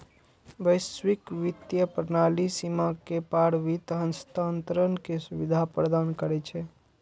वैश्विक वित्तीय प्रणाली सीमा के पार वित्त हस्तांतरण के सुविधा प्रदान करै छै